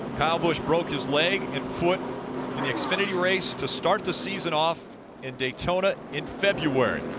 kyle busch broke his leg and foot in the xfinity race to start the season off in daytona in february.